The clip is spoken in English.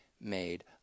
made